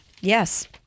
Yes